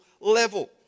level